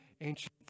ancient